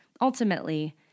Ultimately